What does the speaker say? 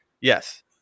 Yes